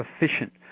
efficient